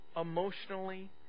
emotionally